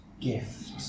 gift